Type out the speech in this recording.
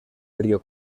río